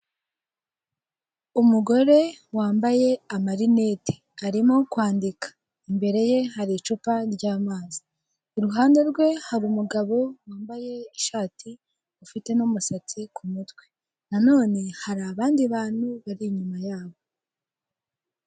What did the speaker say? Umugore wambaye amarinete arimo kwandika, imbere ye hari icupa ry'amazi iruhande rwe hari umugabo wambaye ishati ufite n'umusatsi ku mutwe nanone hari abandi bantu bari inyuma yabo.